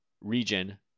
region